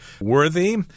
worthy